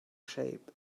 shape